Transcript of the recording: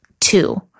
two